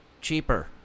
cheaper